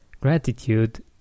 Gratitude